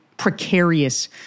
precarious